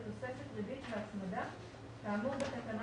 בתוספת ריבית והצמדה כאמור בתקנה